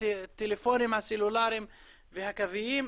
בטלפונים הסלולריים והקוויים,